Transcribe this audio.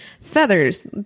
feathers